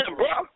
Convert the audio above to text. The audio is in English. bro